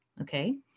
okay